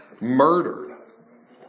murdered